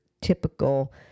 typical